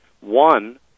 one